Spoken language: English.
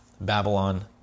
Babylon